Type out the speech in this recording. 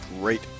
Great